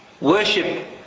worship